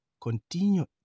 continue